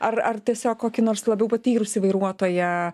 ar ar tiesiog kokį nors labiau patyrusį vairuotoją